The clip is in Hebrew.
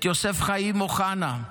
את יוסף חיים אוחנה,